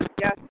Yes